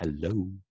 hello